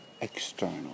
external